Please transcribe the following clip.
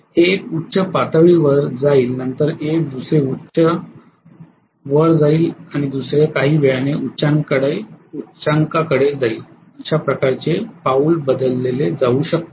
हे एक उच्च पातळीवर जाईल नंतर एक दुसरे उच्च वर जाईल आणि दुसरे काही वेळाने उच्चांकडे जाईल अशा प्रकारचे पाऊल बदलले जाऊ शकते